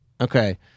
Okay